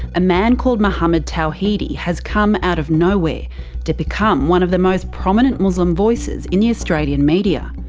a man called mohammad tawhidi has come out of nowhere to become one of the most prominent muslim voices in the australian media.